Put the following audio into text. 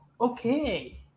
okay